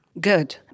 Good